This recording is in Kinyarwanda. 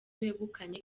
wegukanye